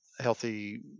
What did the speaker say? healthy